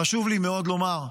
חשוב לי מאוד לומר.